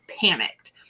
panicked